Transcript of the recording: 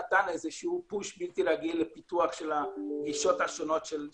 נתן דחיפה בלתי רגילה לפיתוח של הגישות השונות של חיסון.